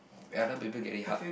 other people get it hard